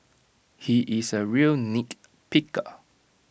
he is A real nitpicker